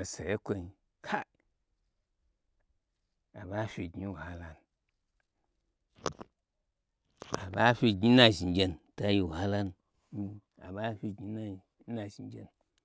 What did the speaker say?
osa ye n kwoin kai aɓa nya fyi ganji n wahala nu aɓanya fyi gnyi n na zhni gyenu mitayi wahalanu nna nyi aba nya fyi gnyi nna zhni gyenu